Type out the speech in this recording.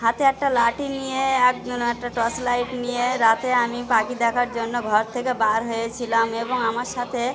হাতে একটা লাঠি নিয়ে আর কোনো এ্কটা টর্চ লাইট নিয়ে রাতে আমি পাখি দেখার জন্য ঘর থেকে বার হয়েছিলাম এবং আমার সাথে